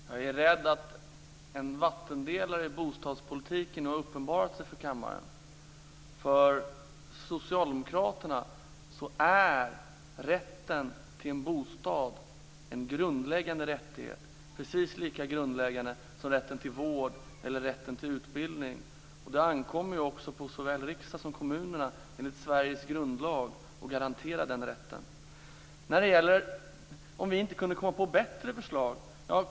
Fru talman! Jag är rädd för att en vattendelare i bostadspolitiken har uppenbarat sig för kammaren. För socialdemokraterna är rätten till en bostad en grundläggande rättighet, precis lika grundläggande som rätten till vård eller rätten till utbildning. Det ankommer också på såväl riksdag som kommuner enligt Sveriges grundlag att garantera den rätten. Ulf Björklund frågade om vi inte kunde komma på något bättre förslag.